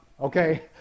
okay